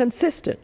consistent